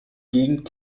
gegend